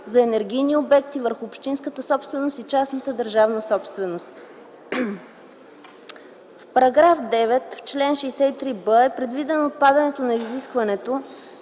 за енергийни обекти върху общинска собственост и частна държавна собственост. - В § 9, в чл. 63б е предвидено отпадането на изискването